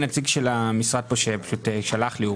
נציג המשרד לביטחון פנים שלח לי.